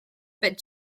but